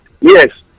Yes